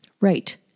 Right